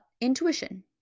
intuition